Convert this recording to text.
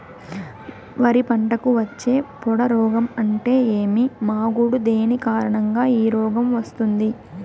వరి పంటకు వచ్చే పొడ రోగం అంటే ఏమి? మాగుడు దేని కారణంగా ఈ రోగం వస్తుంది?